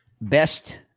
best